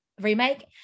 remake